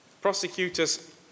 Prosecutors